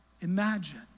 Imagine